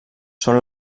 són